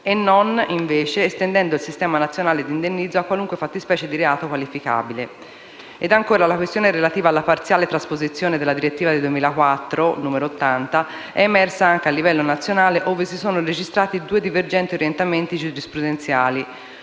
e non, invece, estendendo il sistema nazionale d'indennizzo a qualunque fattispecie di reato qualificabile. Ancora, la questione relativa alla parziale trasposizione della direttiva 2004/80/CE è emersa anche a livello nazionale, ove si sono registrati due divergenti orientamenti giurisprudenziali